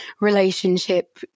relationship